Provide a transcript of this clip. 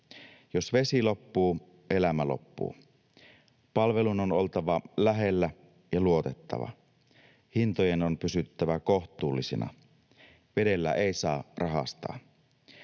Jos vesi loppuu, elämä loppuu. Palvelun on oltava lähellä ja luotettava. Hintojen on pysyttävä kohtuullisina. Vedellä ei saa rahastaa.